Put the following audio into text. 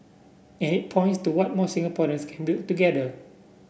and it points to what more Singaporeans can build together